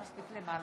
כנסת נכבדה,